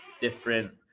different